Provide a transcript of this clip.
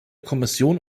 kommission